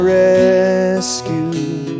rescue